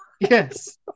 Yes